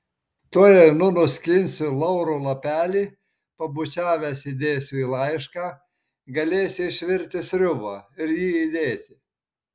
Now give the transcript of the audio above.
tuoj einu nuskinsiu lauro lapelį pabučiavęs įdėsiu į laišką galėsi išvirti sriubą ir jį įdėti